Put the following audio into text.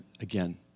again